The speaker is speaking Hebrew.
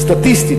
סטטיסטית,